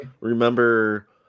remember